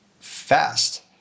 fast